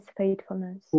faithfulness